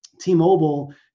T-Mobile